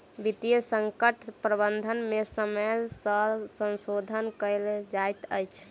वित्तीय संकट प्रबंधन में समय सॅ संशोधन कयल जाइत अछि